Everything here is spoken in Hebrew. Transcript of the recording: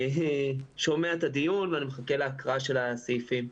אני שומע את הדיון ואני מחכה להקראה של הסעיפים.